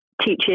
teaches